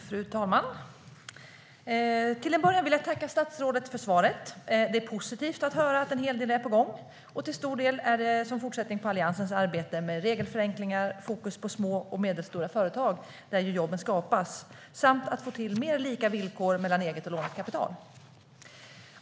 Fru talman! Till att börja med vill jag tacka statsrådet för svaret. Det är positivt att höra att en hel del är på gång. Till stor del är det som fortsättning på Alliansens arbete med regelförenklingar, fokus på små och medelstora företag, där ju jobben skapas, och för att få till mer lika villkor mellan eget och lånat kapital.